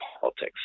politics